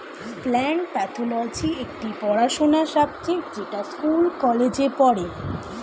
plant pathology একটি পড়াশোনার subject যেটা স্কুল কলেজে পড়ে